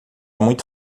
muito